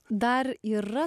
dar yra